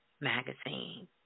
magazine